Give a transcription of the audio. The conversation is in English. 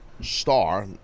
star